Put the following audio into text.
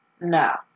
No